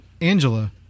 Angela